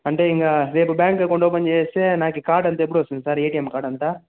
అంటే ఇంకా రేపు బ్యాంక్ అకౌంట్ ఓపెన్ చేసితే నాకు ఈ కార్డు అంతా ఎప్పుడు వస్తుంది సార్ ఏటిఎమ్ కార్డ్ అంతా